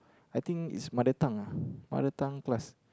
I think is mother tongue ah mother tongue class